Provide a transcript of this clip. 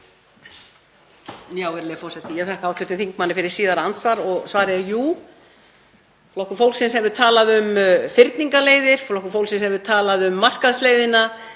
Virðulegi forseti. Ég þakka hv. þingmanni fyrir síðara andsvar og svarið er: Jú. Flokkur fólksins hefur talað um fyrningarleiðir. Flokkur fólksins hefur talað um markaðsleiðina.